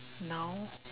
now